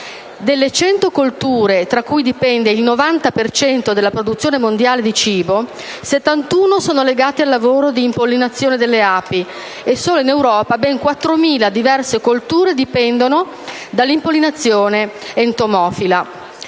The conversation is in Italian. delle 100 colture da cui dipende il 90 per cento della produzione mondiale di cibo, 71 sono legate al lavoro di impollinazione delle api; solo in Europa, ben 4.000 diverse colture dipendono dall'impollinazione entomofila;